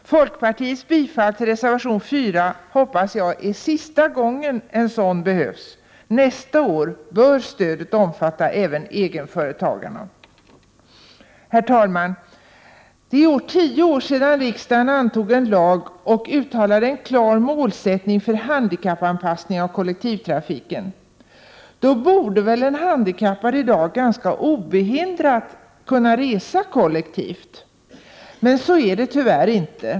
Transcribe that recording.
Jag hoppas att detta är sista gången som vi i folkpartiet behöver yrka bifall till en reservation idet här sammanhanget — nästa år bör stödet omfatta även egenföretagarna. Herr talman! Det är i år 10 år sedan riksdagen antog en lag och uttalade en klar målsättning för handikappanpassning av kollektivtrafiken. Då borde väl en handikappad i dag kunna resa kollektivt ganska obehindrat, men så är det tyvärr inte.